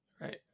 Right